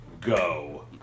Go